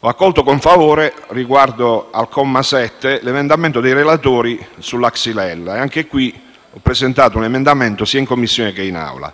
Ho accolto con favore, riguardo al comma 7, l'emendamento dei relatori sulla xylella, ma anche su questo tema ho presentato un emendamento sia in Commissione che in Aula.